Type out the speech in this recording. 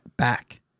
back